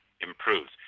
improves